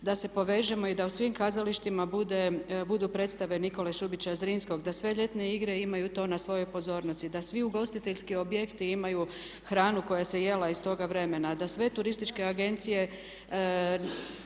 da se povežemo i da u svim kazalištima budu predstave Nikole Šubića Zrinskog, da sve ljetne igre imaju to na svojoj pozornici, da svi ugostiteljski objekti imaju hranu koja se jela iz toga vremena, da sve turističke agencije